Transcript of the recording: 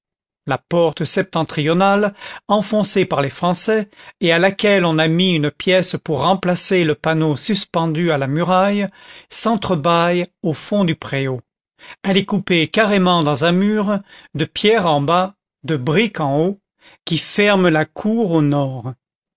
la porte septentrionale enfoncée par les français et à laquelle on a mis une pièce pour remplacer le panneau suspendu à la muraille sentre bâille au fond du préau elle est coupée carrément dans un mur de pierre en bas de brique en haut qui ferme la cour au nord